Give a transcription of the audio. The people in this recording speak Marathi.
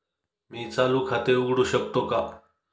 मी चालू खाते उघडू शकतो का?